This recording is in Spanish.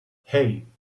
hey